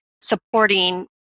supporting